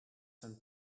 some